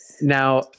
Now